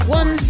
one